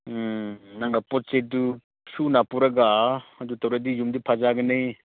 ꯎꯝ ꯅꯪꯒ ꯄꯣꯠꯆꯩꯗꯨ ꯁꯨꯅ ꯄꯨꯔꯒ ꯑꯗꯨ ꯇꯧꯔꯗꯤ ꯌꯨꯝꯗꯤ ꯐꯖꯒꯅꯤ